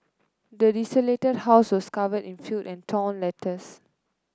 the desolated house was covered in filth and torn letters